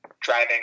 driving